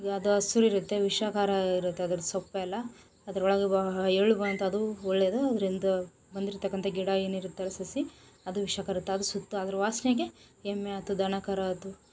ಅದು ಹಸ್ರು ಇರುತ್ತೆ ವಿಷಕಾರಿಗಿರುತ್ತೆ ಅದ್ರ ಸೊಪ್ಪೆಲ್ಲ ಅದರೊಳಗೆ ಬಹಳ ಎಳೆ ಬಾ ಅಂತ ಅದು ಒಳ್ಳೇದು ಅದರಿಂದ ಬಂದಿರತಕ್ಕಂಥ ಗಿಡ ಏನಿರುತ್ತೆಲ್ಲ ಸಸಿ ಅದು ವಿಷಕಾರುತ್ತೆ ಅದ್ರ ಸುತ್ತ ಅದ್ರ ವಾಸನೆಗೆ ಎಮ್ಮೆ ಆಯ್ತು ದನ ಕರು ಆಯ್ತು